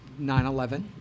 9-11